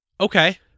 Okay